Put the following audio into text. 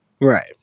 Right